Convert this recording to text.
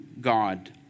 God